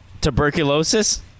Tuberculosis